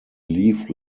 leaf